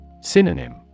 Synonym